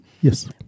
Yes